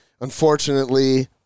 Unfortunately